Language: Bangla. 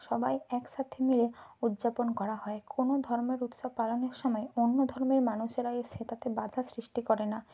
সবাই একসাথে মিলে উদযাপন করা হয় কোনও ধর্মের উৎসব পালনের সময় অন্য ধর্মের মানুষেরা এসে তাতে বাধার সৃষ্টি করে না